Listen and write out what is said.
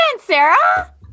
Sarah